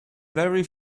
very